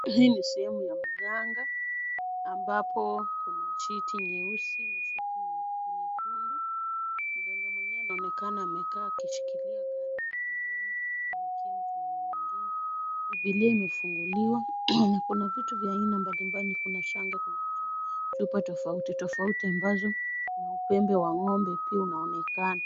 Hii ni sehemu ya mganga ambapo kuna shiti nyeusi na shiti nyekundu. Mganga mwenyewe anaonekana amekaa akishikilia guard mkononi na mkia mkononi mwingine. Bibilia imefunguliwa na kuna vitu vya aina mbalimbali, kuna shanga, kuna chupa tofauti tofauti ambazo na upembe wa ng'ombe pia unaonekana.